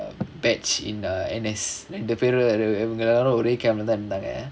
batch in err N_S ரெண்டு பேரும் இவங்க எல்லாரும் ஒரே:rendu perum ivanga ellaarum orae camp leh தா இருந்தாங்க:thaa irunthaanga